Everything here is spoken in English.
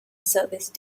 service